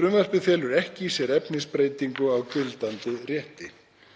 Frumvarpið felur ekki í sér efnisbreytingu á gildandi rétti.